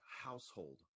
household